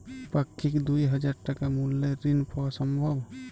পাক্ষিক দুই হাজার টাকা মূল্যের ঋণ পাওয়া সম্ভব?